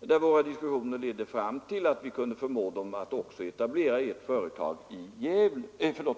men våra diskussioner ledde fram till att man också kunde etablera ett företag i Gällivare.